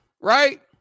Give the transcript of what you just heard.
Right